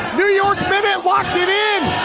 new york minute, locked it in!